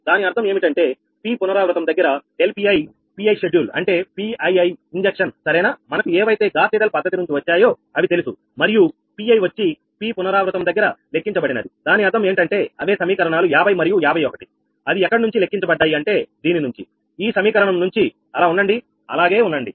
దాని అర్థం ఏమిటంటే p పునరావృతం దగ్గర ∆𝑃𝑖𝑃𝑖 షెడ్యూల్ అంటే 𝑃𝑖𝑖 ఇంజక్షన్ సరేనా మనకు ఏవైతే గాస్ సీడల్ పద్ధతి నుంచి వచ్చాయో అవి తెలుసు మరియు 𝑃𝑖 వచ్చి p పునరావృతం దగ్గర లెక్కించబడినది దాని అర్థం ఏంటంటే అవే సమీకరణాలు 50 మరియు 51 అది ఎక్కడి నుంచి లెక్కించబడ్డాయి అంటే దీని నుంచి ఈ సమీకరణం నుంచి అలా ఉండండి అలాగే ఉండండి